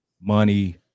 money